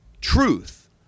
Truth